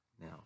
now